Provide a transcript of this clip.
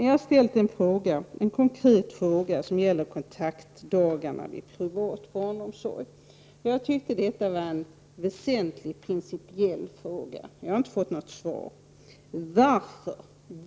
Jag har ställt en konkret fråga som gäller kontaktdagarna i privat barnomsorg. Jag tycker att det är en väsentlig principiell fråga, men jag har inte fått något svar.